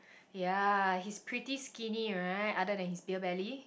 ya he's pretty skinny right other than his beer belly